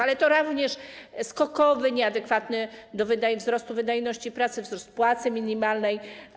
Ale to również skokowy, nieadekwatny do wzrostu wydajności pracy, wzrost płacy minimalnej.